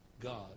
God